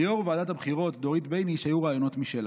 ליו"ר ועדת הבחירות דורית בייניש היו רעיונות משלה.